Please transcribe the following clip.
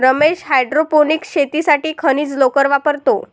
Ramesh hydroponics शेतीसाठी खनिज लोकर वापरतो